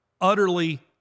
utterly